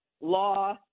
law